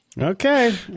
Okay